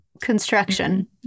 construction